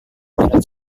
adalah